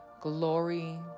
Glory